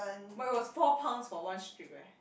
but it was four pounds for one strip eh